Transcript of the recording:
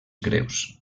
greus